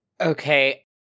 Okay